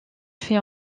fait